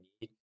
need